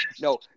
no